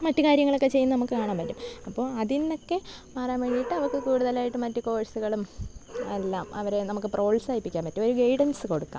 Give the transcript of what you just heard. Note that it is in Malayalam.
മറ്റ് കാര്യങ്ങളൊക്കെ ചെയ്യുന്ന നമുക്ക് കാണാൻ പറ്റും അപ്പോൾ അതിൽ നിന്നൊക്കെ മാറാൻ വേണ്ടിയിട്ട് അവർക്ക് കൂടുതലായിട്ട് മറ്റു കോഴ്സുകളും എല്ലാം അവരെ നമുക്ക് പ്രോത്സാഹിപ്പിക്കാൻ പറ്റും ഒരു ഗൈഡൻസ് കൊടുക്കാം